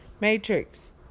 Matrix